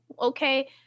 okay